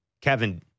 Kevin